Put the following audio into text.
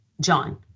John